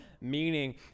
meaning